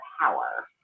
power